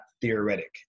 theoretic